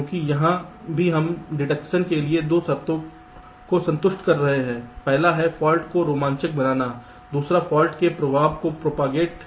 क्योंकि यहां भी हम डिटेक्शन के लिए 2 शर्तों को संतुष्ट कर रहे हैं पहला है फाल्ट को रोमांचक बनाना दूसरा फाल्ट के प्रभाव को प्रोपागेट